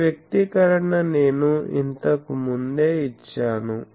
ఈ వ్యక్తీకరణ నేను ఇంతకు ముందే ఇచ్చాను